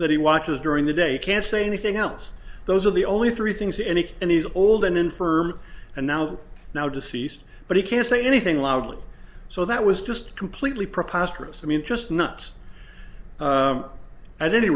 that he watches during the day can't say anything else those are the only three things any and he's old and infirm and now now deceased but he can't say anything loudly so that was just completely preposterous i mean just nuts at any